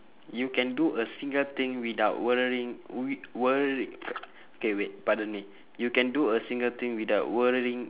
you can do a single thing without worrying w~ wor~ okay wait pardon me you can do a single thing without worrying